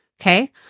Okay